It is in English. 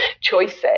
choices